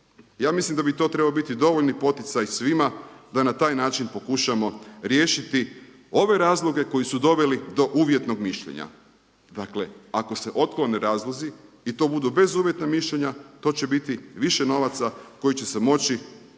Ja mislim da bi to trebao biti dovoljni poticaj svima da na taj način pokušamo riješiti ove razloge koji su doveli do uvjetnog mišljenja. Dakle, ako se otklone razlozi i to budu bezuvjetna mišljenja to će biti više novaca koji će se moći